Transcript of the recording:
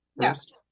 Yes